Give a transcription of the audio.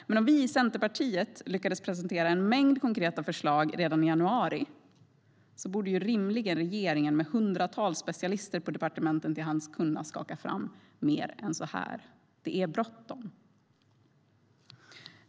Men om vi i Centerpartiet lyckades presentera en mängd konkreta förslag redan i januari borde rimligen regeringen, med hundratals specialister på departementen till hands, kunna skaka fram mer än så här. Det är bråttom.